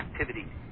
activity